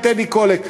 עם טדי קולק,